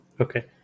Okay